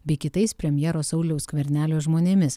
bei kitais premjero sauliaus skvernelio žmonėmis